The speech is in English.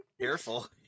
Careful